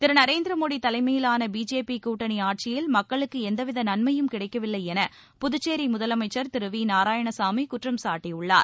திரு நரேந்திர மோடி தலைமையிலான பிஜேபி கூட்டணி ஆட்சியில் மக்களுக்கு எந்தவித நன்மையும் கிடைக்கவில்லை என புதுச்சேரி முதலமைச்சர் திரு வி நாராயணசாமி குற்றம் சாட்டியுள்ளார்